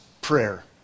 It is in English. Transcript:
prayer